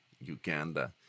Uganda